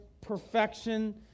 perfection